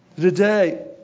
Today